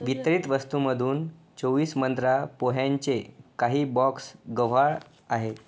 वितरित वस्तूमधून चोवीस मंत्रा पोह्यांचे काही बॉक्स गहाळ आहे